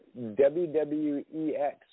WWEX